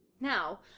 Now